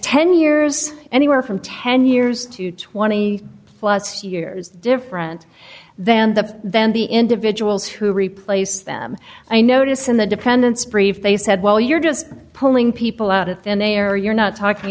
ten years anywhere from ten years to twenty plus years different than the than the individuals who replace them i notice in the dependants brief they said well you're just pulling people out of thin air you're not talking